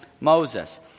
Moses